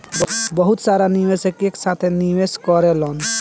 बहुत सारा निवेशक एक साथे निवेश करेलन